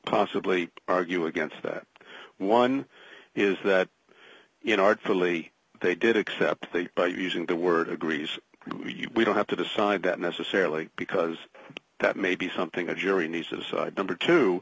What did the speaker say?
possibly argue against that one is that you know artfully they did except by using the word agrees we don't have to decide that necessarily because that may be something a jury needs to decide number two